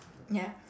ya